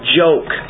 joke